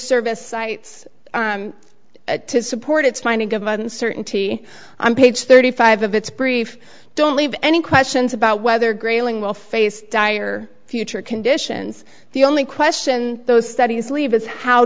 service cites to support its findings of uncertainty i'm page thirty five of its brief don't leave any questions about whether grayling will face dire future conditions the only question those studies leave is how